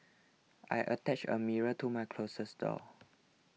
I attached a mirror to my closet door